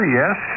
yes